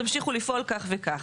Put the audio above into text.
תמשיכו לפעול כך וכך.